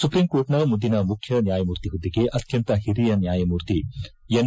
supreme ಕೋರ್ಟ್ನ ಮುಂದಿನ ಮುಖ್ಯ ನ್ನಾಯಮೂರ್ತಿ ಹುದ್ಲೆಗೆ ಅತ್ಯಂತ ಹಿರಿಯ ನ್ನಾಯಮೂರ್ತಿ ಎನ್